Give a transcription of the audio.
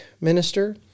minister